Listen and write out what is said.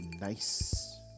nice